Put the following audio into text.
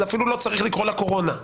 אפילו לא צריך לקורא לה קורונה.